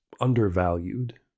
undervalued